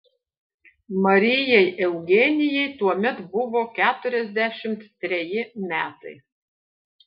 marijai eugenijai tuomet buvo keturiasdešimt treji metai